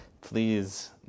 please